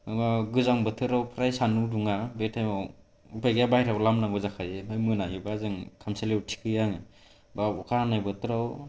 माबा गोजां बोथोराव फ्राय सान्दुं दुङा बे टाइमाव उफाय गैयो बाहेरायाव लामनांगौ जाखायो आमफ्राय मोनायोबा जों खामसालियाव थिखाङो आंङो बा अखा हानाय बोथोराव